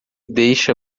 deixa